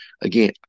again